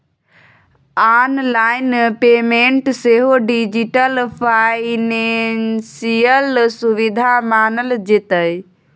online payment सेहो digital financial सुविधा मानल जेतै